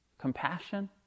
compassion